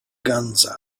guns